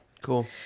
Cool